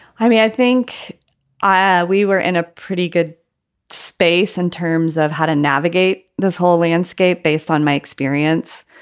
i mean, i think i we were in a pretty good space in terms of how to navigate this whole landscape. based on my experience,